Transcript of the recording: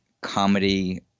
comedy